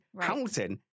Hamilton